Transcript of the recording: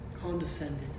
condescended